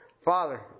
Father